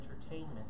entertainment